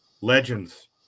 legends